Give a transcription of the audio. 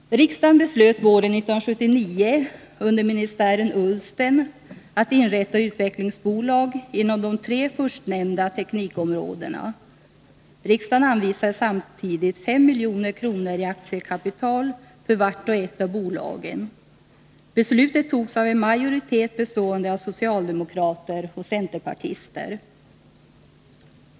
Riksdagen beslöt våren 1979 under ministären Ullsten att inrätta utvecklingsbolag inom de tre förstnämnda teknikområdena. Riksdagen anvisade samtidigt 5 milj.kr. i aktiekapital för vart och ett av bolagen. Beslutet togs av en majoritet bestående av socialdemokrater och centerpartister.